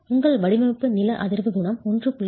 உங்கள் வடிவமைப்பு நில அதிர்வு குணகம் 1